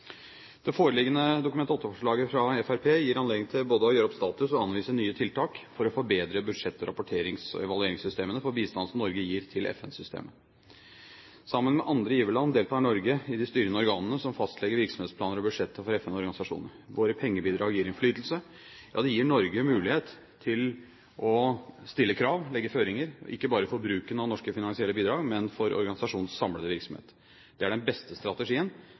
Det foreliggende Dokument nr. 8-forslaget fra Fremskrittspartiet gir anledning til både å gjøre opp status og anvise nye tiltak for å forbedre budsjett-, rapporterings- og evalueringssystemene for den bistand som Norge gir til FN-systemet. Sammen med andre giverland deltar Norge i de styrende organene som fastlegger virksomhetsplaner og budsjetter for FNs organisasjoner. Våre pengebidrag gir innflytelse. Ja, det gir Norge mulighet til å stille krav og legge føringer, ikke bare for bruken av norske finansielle bidrag, men for organisasjonens samlede virksomhet. Det er den beste strategien